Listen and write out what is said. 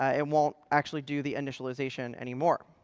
ah it won't actually do the initialization anymore.